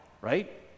right